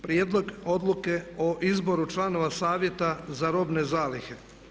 Prijedlog odluke o izboru članova Savjeta za robne zalihe.